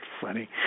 funny